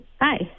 Hi